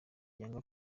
yanga